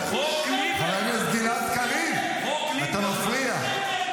אתה מפריע.